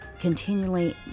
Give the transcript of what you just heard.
continually